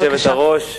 גברתי היושבת-ראש,